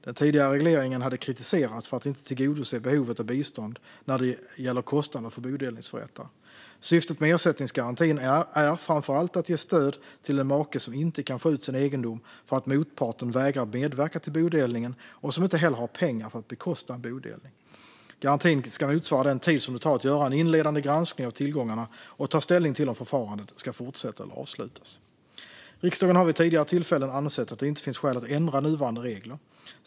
Den tidigare regleringen hade kritiserats för att inte tillgodose behovet av bistånd när det gäller kostnader för bodelningsförrättare. Syftet med ersättningsgarantin är framför allt att ge stöd till en make som inte kan få ut sin egendom för att motparten vägrar medverka till bodelningen och som inte heller har pengar för att bekosta en bodelning. Garantin ska motsvara den tid det tar att göra en inledande granskning av tillgångarna och ta ställning till om förfarandet ska fortsätta eller avslutas. Riksdagen har vid tidigare tillfällen ansett att det inte finns skäl att ändra nuvarande regler.